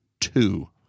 two